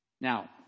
Now